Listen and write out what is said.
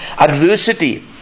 adversity